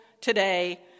today